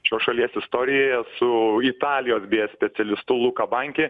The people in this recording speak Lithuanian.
šios šalies istorijoje su italijos beje specialistu luka banki